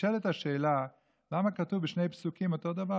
נשאלת השאלה למה כתוב בשני פסוקים אותו דבר?